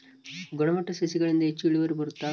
ಗುಣಮಟ್ಟ ಸಸಿಗಳಿಂದ ಹೆಚ್ಚು ಇಳುವರಿ ಬರುತ್ತಾ?